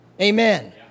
Amen